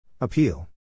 Appeal